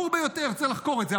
וצריך לחקור את זה,